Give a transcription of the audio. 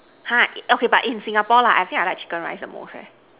but okay in Singapore I like chicken rice the most